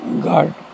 God